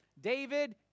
David